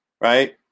right